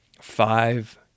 five